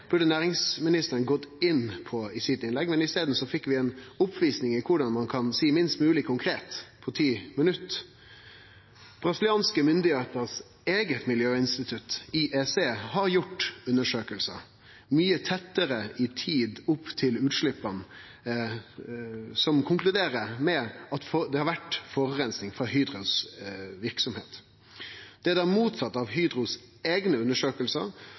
burde næringsministeren gått inn på i innlegget sitt, men i staden fekk vi ei oppvisning i korleis ein kan si minst mogleg konkret på 10 minutt. Brasilianske myndigheiter sitt eige miljøinstitutt, IEC, har gjort undersøkingar mykje tettare i tid opp til utsleppa og konkluderer med at det har vore forureining frå Hydros verksemd. Det er det motsette av Hydros eigne